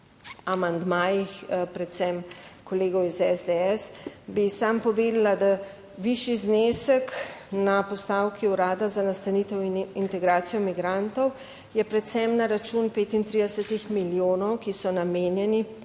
amandmajih, predvsem kolegov iz SDS, bi samo povedala, da višji znesek na postavki Urada za nastanitev in integracijo migrantov je predvsem na račun 35 milijonov, ki so namenjeni